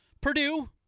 Purdue